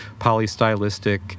polystylistic